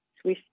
Swiss